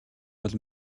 бол